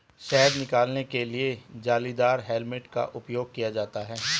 शहद निकालने के लिए जालीदार हेलमेट का उपयोग किया जाता है